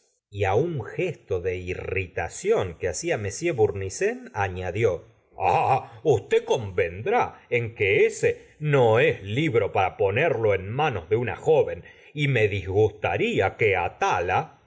y á un gesto de irritación que hacia m bournisien añadió ah usted convendrá en que ese no es libro para ponerlo en manos de una joven y me disgustaria que atala